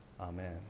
Amen